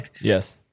Yes